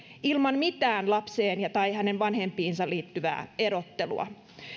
ilman mitään lapseen tai hänen vanhempiinsa liittyvää erottelua